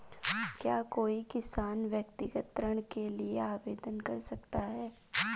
क्या कोई किसान व्यक्तिगत ऋण के लिए आवेदन कर सकता है?